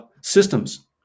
systems